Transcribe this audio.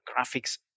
graphics